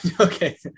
Okay